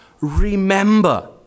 remember